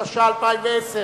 התש"ע 2010,